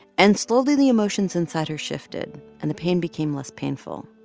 and slowly, the emotions inside her shifted, and the pain became less painful.